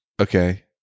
Okay